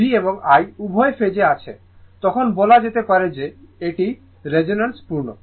V এবং I উভয় ফেজে আছে তখন বলা যেতে পারে যে এটি রেজোন্যান্স পূর্ণ